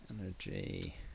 Energy